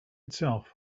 itself